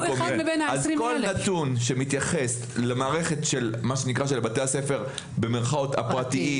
כל נתון שמתייחס למערכת של בתי הספר הפרטיים